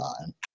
time